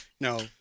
no